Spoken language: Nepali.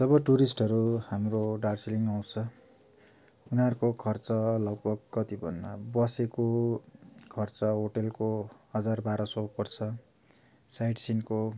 जब टुरिस्टहरू हाम्रो दार्जिलिङ आउँछ उनीहरूको खर्च लगभग कति भन्नु अब बसेको खर्च होटेलको हजार बाह्र सय पर्छ साइडसिनको